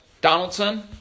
Donaldson